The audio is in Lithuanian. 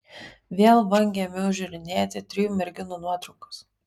vėl vangiai ėmiau žiūrinėti trijų merginų nuotraukas